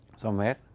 somewhere.